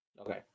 Okay